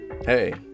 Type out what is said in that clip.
hey